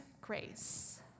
grace